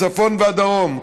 הצפון והדרום,